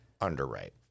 underwrite